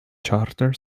charter